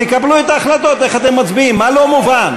תקבלו את ההחלטות איך אתם מצביעים, מה לא מובן?